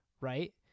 right